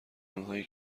آنهایی